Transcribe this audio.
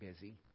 busy